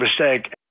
mistake